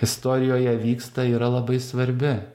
istorijoje vyksta yra labai svarbi